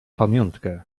pamiątkę